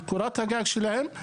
על קורת הגג שלהם.